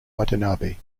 watanabe